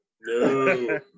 No